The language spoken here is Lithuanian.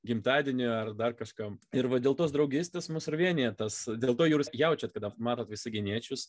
gimtadieniui ar dar kažkam ir va dėl tos draugystės mus ir vienija tas dėl to jūs jaučiate kada matot visaginiečius